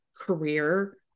career